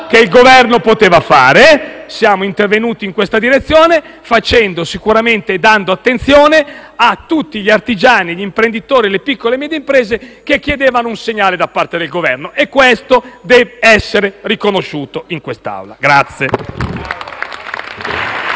che il Governo poteva fare. Siamo intervenuti in questa direzione, sicuramente rivolgendo l'attenzione a tutti gli artigiani, agli imprenditori e alle piccole e medie imprese che chiedevano un segnale da parte dell'Esecutivo e ciò deve essere riconosciuto in quest'Aula.